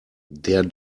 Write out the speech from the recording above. der